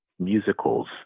Musicals